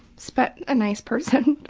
so but a nice person.